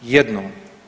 Jednom.